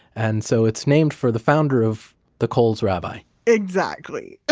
and so it's named for the founder of the kohl's rabbi exactly.